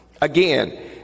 Again